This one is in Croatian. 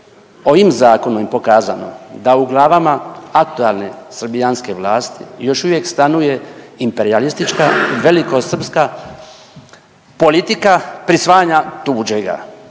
ovim zakonom je pokazano da u glavama aktualne srbijanske vlasti još uvijek stanuje imperijalistička velikosrpska politika prisvajanja tuđega.